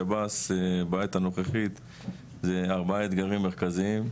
שב"ס בעת הנוכחית זה ארבעה אתגרים מרכזיים: